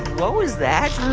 what was that?